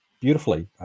beautifully